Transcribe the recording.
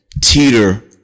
teeter